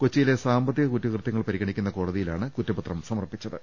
കൊച്ചിയിലെ സാമ്പ ത്തിക കുറ്റുകൃത്യങ്ങൾ പരിഗണിക്കുന്ന കോടതിയിലാണ് കുറ്റപത്രം സമർപ്പിച്ചത്